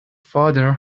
father